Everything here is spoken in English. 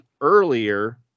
earlier